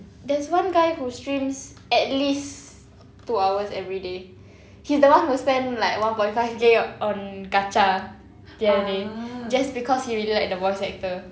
there's one guy who streams at least two hours everyday he's the one who spent like one point five K on gacha the other day just because he really liked the voice actor